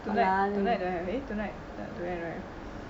tonight tonight don't have eh tonight ya today don't have